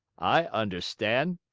i understand.